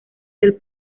del